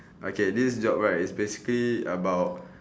okay this job right is basically about